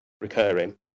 recurring